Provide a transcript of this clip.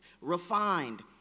refined